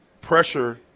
pressure